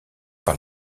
par